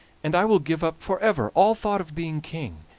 and i will give up for ever all thought of being king,